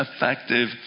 effective